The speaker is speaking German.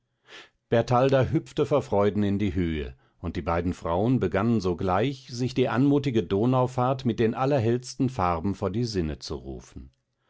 hüpfte vor freuden in die höhe und die beiden frauen begannen sogleich sich die anmutige donaufahrt mit den allerhellsten farben vor die sinne zu rufen